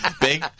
Big